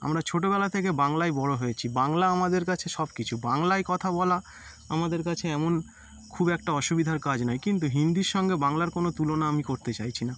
আমরা ছোটবেলা থেকে বাংলায় বড় হয়েছি বাংলা আমাদের কাছে সব কিছু বাংলায় কথা বলা আমাদের কাছে এমন খুব একটা অসুবিধার কাজ নয় কিন্তু হিন্দির সঙ্গে বাংলার কোনো তুলনা আমি করতে চাইছি না